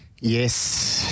Yes